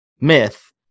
myth